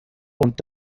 und